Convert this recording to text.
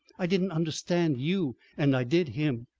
i didn't understand you and i did him.